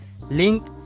link